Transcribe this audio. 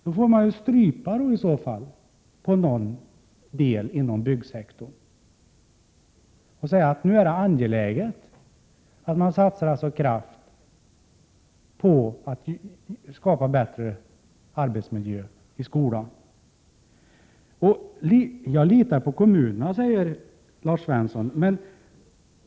Då måste man väl strypa inom någon del av byggsektorn och säga att det är angeläget att satsa kraft på att skapa bättre arbetsmiljö i skolan. Vi litar på kommunerna, säger Lars Svensson. Men får jag rekommendera 125 Prot.